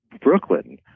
Brooklyn